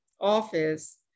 office